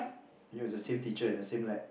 and it was the same teacher and the same lab